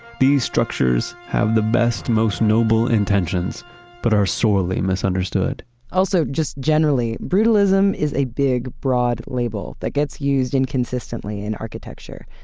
these structures have the best, most noble intentions but are sorely misunderstood also, just generally, brutalism is a big broad label that gets used inconsistently in architecture.